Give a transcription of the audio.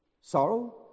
sorrow